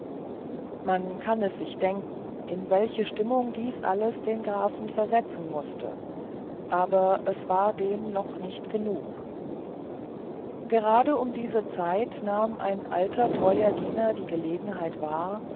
man kann es sich denken in welche stimmung dies alles den grafen versetzen mußte aber es war dem noch nicht genug gerade um diese zeit nahm ein alter treuer diener die gelegenheit wahr